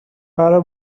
برا